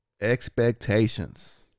Expectations